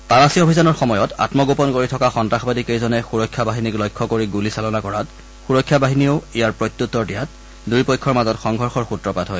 তালাচী অভিযানৰ সময়ত আম্মগোপন কৰি থকা সন্তাসবাদী কেইজনে সুৰক্ষা বাহিনীক লক্ষ্য কৰি গুলীচালনা কৰাৰ পিছত সুৰক্ষা বাহিনীয়েও ইয়াৰ প্ৰত্যুত্তৰ দিয়াত দুয়ো পক্ষৰ মাজত সংঘৰ্যৰ সূত্ৰপাত হয়